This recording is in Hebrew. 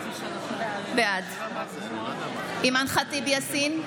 בעד אימאן ח'טיב יאסין,